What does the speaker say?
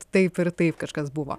taip ir taip kažkas buvo